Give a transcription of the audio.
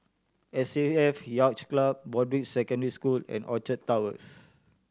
S A F Yacht Club Broadrick Secondary School and Orchard Towers